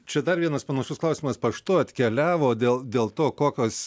čia dar vienas panašus klausimas paštu atkeliavo dėl dėl to kokios